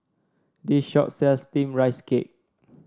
this shop sells steamed Rice Cake